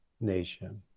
nation